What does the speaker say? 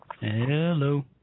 Hello